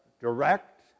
direct